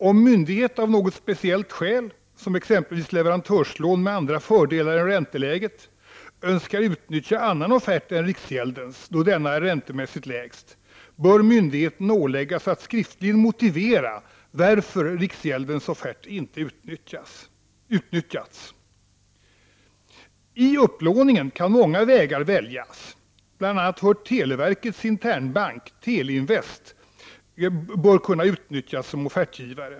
Om myndighet av något speciellt skäl, som exempelvis leverantörslån med andra fördelar än ränteläget, önskar utnyttja annan offert än riksgäldens — då denna räntemässigt är lägst — bör myndigheten åläggas att skriftligen motivera varför riksgäldens offert inte utnyttjats. I upplåningen kan många vägar väljas. Bl.a. bör televerkets internbank, Teleinvest, utnyttjas som offertgivare.